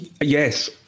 Yes